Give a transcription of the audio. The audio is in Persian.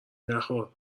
نخور